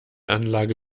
anlage